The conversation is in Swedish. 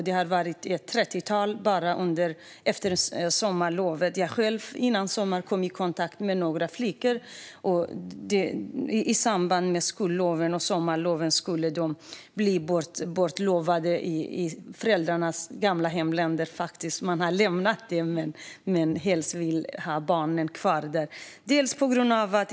Det har varit ett trettiotal bara efter sommarlovet. Före sommaren kom jag själv i kontakt med några flickor som i samband med sommarlovet skulle bli bortlovade i föräldrarnas gamla hemländer. Föräldrarna har lämnat dessa länder men vill helst ha barnen kvar där.